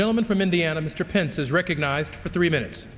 gentleman from indiana mr pence is recognized for three minutes